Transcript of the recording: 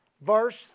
Verse